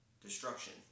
destruction